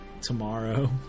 Tomorrow